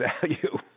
value